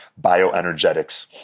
bioenergetics